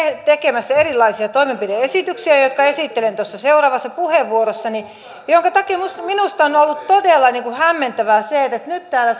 tekemässä erilaisia toimenpide esityksiä jotka esittelen tuossa seuraavassa puheenvuorossani sen takia minusta minusta on ollut todella hämmentävää se että nyt täällä